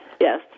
Yes